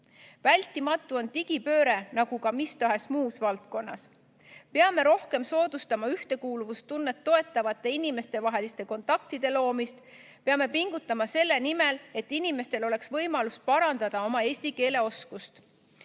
Vältimatu on digipööre, nagu ka mis tahes muus valdkonnas. Peame rohkem soodustama ühtekuuluvustunnet toetavate inimestevaheliste kontaktide loomist. Peame pingutama selle nimel, et inimestel oleks võimalus parandada oma eesti keele oskust.